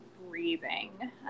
breathing